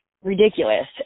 ridiculous